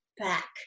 back